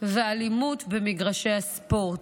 ואלימות במגרשי הספורט.